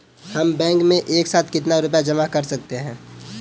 हम बैंक में एक साथ कितना रुपया जमा कर सकते हैं?